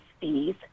fees